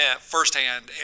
firsthand